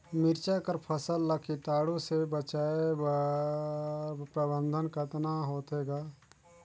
मिरचा कर फसल ला कीटाणु से बचाय कर प्रबंधन कतना होथे ग?